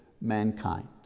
mankind